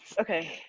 Okay